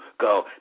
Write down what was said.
go